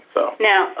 Now